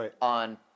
on